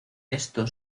esto